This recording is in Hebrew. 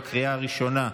בקריאה הראשונה.